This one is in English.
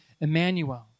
Emmanuel